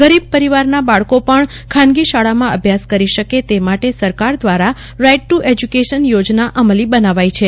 ગરીબ પરીવારના બાળકો પણ ખાનગી શાળામાં અભ્યાસ કરી શકે તે માટે સરકાર દવારા રાઇટ ટુ એજ્યુકેશન યોજના અયલી બનાવાઇ છે